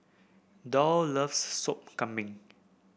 Doll loves Sop Kambing